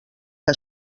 que